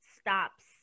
stops